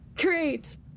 Great